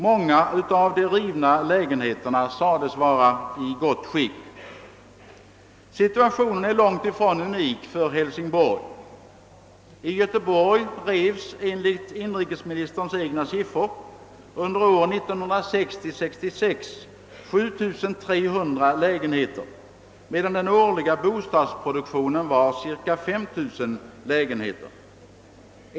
Många av de rivna lägenheterna sades vara i gott skick. Situationen är långtifrån unik för Hälsingborg. I Göteborg revs under åren 1960—1966 enligt inrikesministerns egna siffror 7300 lägenheter, medan den årliga bostadsproduktionen var cirka 5 000 lägenheter.